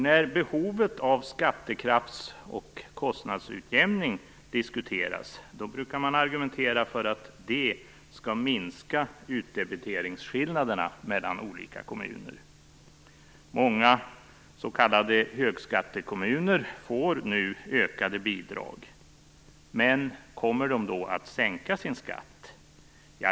När behovet av skattekrafts och kostnadsutjämning diskuteras brukar man argumentera för att detta skall minska utdebiteringsskillnader mellan olika kommuner. Många s.k. högskattekommuner får nu ökade bidrag. Men kommer de då att sänka sin skatt?